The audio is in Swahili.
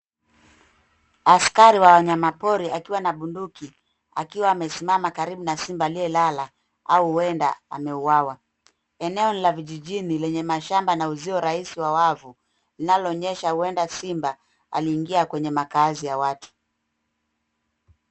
Askari wa wanyamapori akiwa na bunduki akiwa amesimama karibu na simba aliyelala au huenda ameuawa. Eneo ni la vijijini lenye mashamba na uzio rahisi wa wavu linaloonyesha huenda simba aliingia kwenye makaazi ya watu.